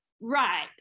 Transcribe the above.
Right